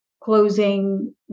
closing